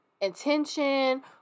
intention